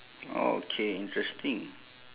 okay interesting